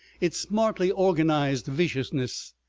its smartly organized viciousness,